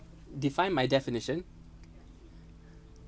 define my definition